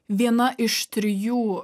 viena iš trijų